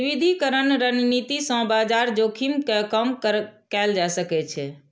विविधीकरण रणनीति सं बाजार जोखिम कें कम कैल जा सकै छै